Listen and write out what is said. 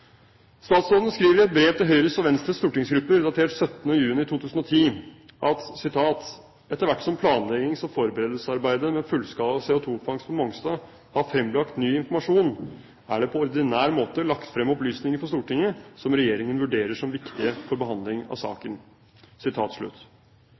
Statsråden skriver i brev til Høyres og Venstres stortingsgrupper, datert 17. juni 2010, at «etter hvert som planleggings- og forberedelsesarbeidet med fullskala CO2-fangst på Mongstad har frembrakt ny informasjon, er det på ordinær måte lagt frem opplysninger for Stortinget som regjeringen vurderer som viktige for behandling av